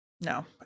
No